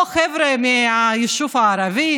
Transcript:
או חבר'ה מיישוב ערבי